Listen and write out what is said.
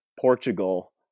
Portugal